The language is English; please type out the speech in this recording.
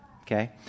Okay